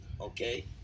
Okay